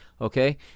okay